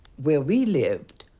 where we lived,